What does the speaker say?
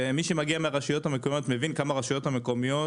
ומי שמגיע מהרשויות המקומיות מבין כמה הרשויות המקומיות